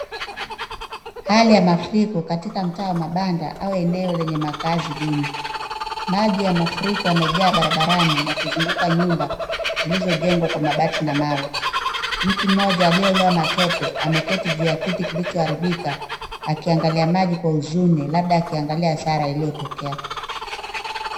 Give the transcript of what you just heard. Hali ya mafuriko katika mtaa wa mabanda au eneo lenye makaazi duni. Maji ya mafuriko yamejaa barabarani na kuzunguka nyumba zilizojengwa kwa mabati na mawe. Mtu mmoja aliyeloa matope ameketi juu ya kiti kilichoharibika akiangalia maji kwa huzuni labda akiangalia hasara iliyotokea.